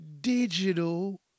digital